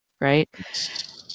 Right